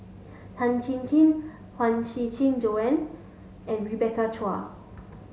Tan Chin Chin Huang Shiqi Joan and Rebecca Chua